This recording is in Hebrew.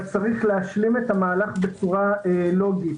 אבל צריך להשלים את המהלך בצורה לוגית.